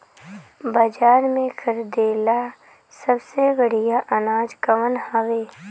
बाजार में खरदे ला सबसे बढ़ियां अनाज कवन हवे?